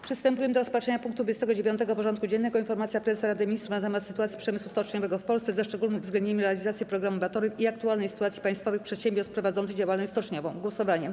Przystępujemy do rozpatrzenia punktu 29. porządku dziennego: Informacja Prezesa Rady Ministrów na temat sytuacji przemysłu stoczniowego w Polsce, ze szczególnym uwzględnieniem realizacji programu „Batory” i aktualnej sytuacji państwowych przedsiębiorstw prowadzących działalność stoczniową - głosowanie.